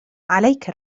عليك